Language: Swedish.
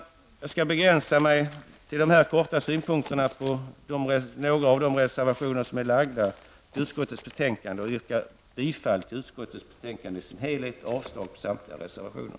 Jag skall begränsa mig till dessa korta synpunkter gällande några av de reservationer som är fogade till utskottets betänkande. Jag yrkar bifall till utskottets hemställan i betänkandet i dess helhet och avslag på samtliga reservationer.